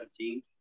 17